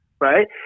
right